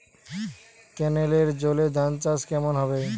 কেনেলের জলে ধানচাষ কেমন হবে?